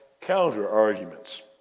counter-arguments